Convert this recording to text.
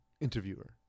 interviewer